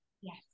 Yes